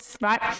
right